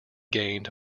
gained